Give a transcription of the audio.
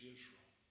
Israel